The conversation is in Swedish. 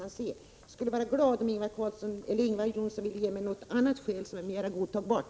Jag skulle vilja att Ingvar Johnsson redovisade något annat skäl som är mer godtagbart.